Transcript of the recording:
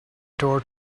door